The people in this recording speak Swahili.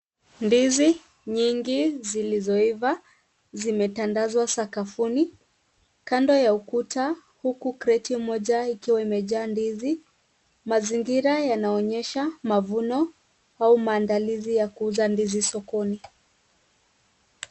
Ndizi nyingi zilizoiva zimetandazwa sakafuni kando ya ukuta huku kreti moja ikiwa imejaa ndizi, mazingira yanaonyesha mavuno au maandalizi ya kuuza ndizi sokoni.